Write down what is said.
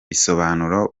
bisobanura